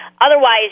Otherwise